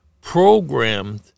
programmed